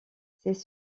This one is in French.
ces